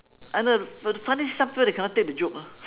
I know but the funny some people they cannot take the joke lah